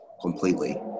completely